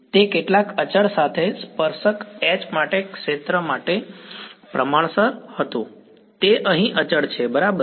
તે કેટલાક અચળ સાથે સ્પર્શક H ક્ષેત્ર માટે પ્રમાણસર હતું તે અહીં અચળ છે બરાબર